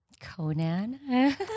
Conan